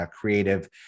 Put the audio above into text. creative